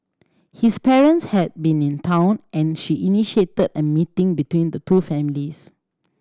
his parents had been in town and she initiated a meeting between the two families